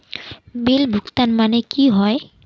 Bill भुगतान माने की होय?